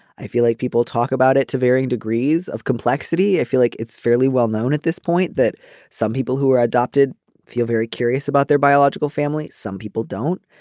i feel like people talk about it to varying degrees of complexity if you like. it's fairly well known at this point that some people who are adopted feel very curious about their biological family. some people don't.